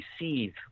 receive